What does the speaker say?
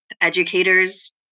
educators